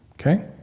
okay